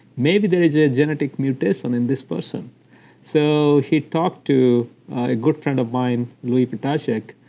maybe there's a genetic mutation in this person so he talked to a good friend of mine, louis ptacek,